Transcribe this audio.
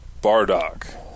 Bardock